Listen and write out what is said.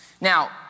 Now